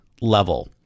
level